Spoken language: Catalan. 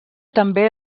també